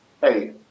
hey